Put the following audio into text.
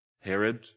Herod